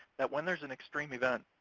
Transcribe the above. that when there's an extreme event,